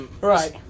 Right